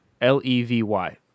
L-E-V-Y